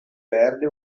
perde